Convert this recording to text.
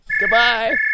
Goodbye